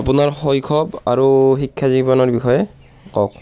আপোনাৰ শৈশৱ আৰু শিক্ষাজীৱনৰ বিষয়ে কওক